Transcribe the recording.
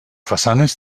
façanes